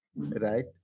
Right